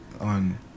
on